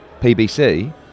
PBC